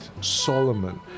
Solomon